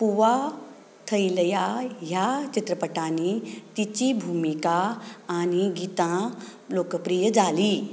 पुवा थैलया ह्या चित्रपटांनी तिची भुमिका आनी गितां लोकप्रिय जाली